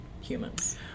humans